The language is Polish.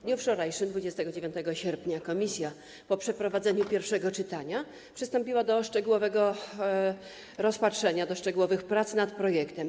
W dniu wczorajszym, 29 sierpnia, komisja po przeprowadzeniu pierwszego czytania przystąpiła do szczegółowego rozpatrzenia, do szczegółowych prac nad projektem.